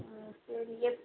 ஆ சரி எப்